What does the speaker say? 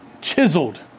Chiseled